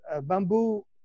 bamboo